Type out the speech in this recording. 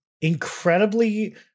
incredibly